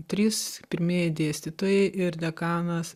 trys pirmieji dėstytojai ir dekanas